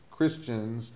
Christians